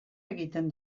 egiten